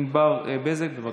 ענבר בזק, בבקשה.